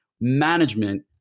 management